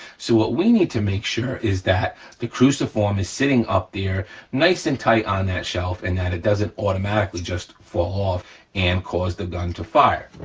so what we need to make sure is that the cruciform is sitting up there nice and tight on that shelf and that it doesn't automatically just fall off and cause the gun to fire.